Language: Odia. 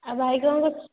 ଆଉ ଭାଇ କ'ଣ କରୁଛି